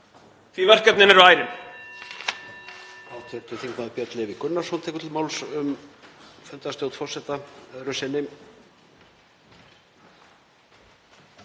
því verkefnin eru ærin.